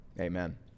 Amen